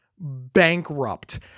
bankrupt